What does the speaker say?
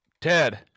Ted